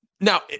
now